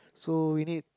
so we need